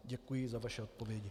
Děkuji za vaše odpovědi.